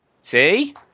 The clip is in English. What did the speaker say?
See